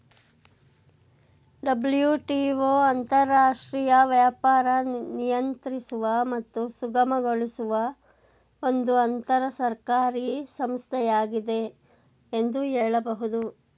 WTO ಅಂತರರಾಷ್ಟ್ರೀಯ ವ್ಯಾಪಾರ ನಿಯಂತ್ರಿಸುವ ಮತ್ತು ಸುಗಮಗೊಳಿಸುವ ಒಂದು ಅಂತರಸರ್ಕಾರಿ ಸಂಸ್ಥೆಯಾಗಿದೆ ಎಂದು ಹೇಳಬಹುದು